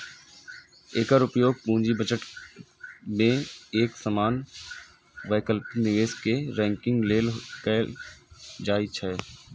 एकर उपयोग पूंजी बजट मे एक समान वैकल्पिक निवेश कें रैंकिंग लेल कैल जाइ छै